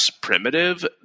primitive